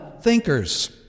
thinkers